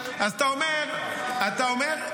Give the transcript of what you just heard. אתה אומר,